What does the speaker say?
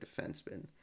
defenseman